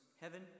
heaven